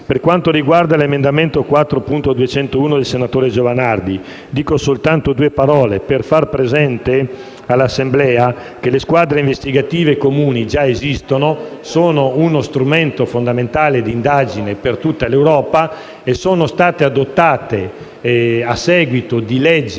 Per quanto riguarda l'emendamento 4.201, del senatore Giovanardi, faccio presente all'Assemblea che le squadre investigative comuni già esistono, sono uno strumento fondamentale d'indagine per tutta l'Europa e sono state adottate, a seguito di legge